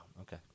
Okay